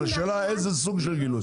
אבל השאלה איזה סוג של גילוי.